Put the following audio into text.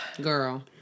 Girl